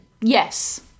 Yes